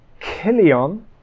Kilion